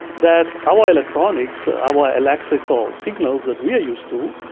that our electronics, our electrical signals that we are used to,